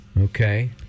Okay